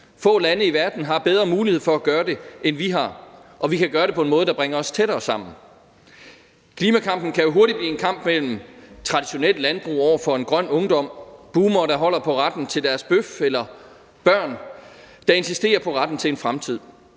Få lande i verden har bedre mulighed for at gøre det, end vi har, og vi kan gøre det på en måde, der bringer os tættere sammen. Klimakampen kan jo hurtigt blive en kamp mellem traditionelt landbrug over for en grøn ungdom, boomere, der holder på retten til deres bøf, eller børn, der insisterer på retten til en fremtid.